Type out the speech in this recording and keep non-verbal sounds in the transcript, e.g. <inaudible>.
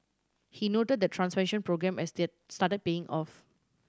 he noted the transformation programme has <unintelligible> started paying off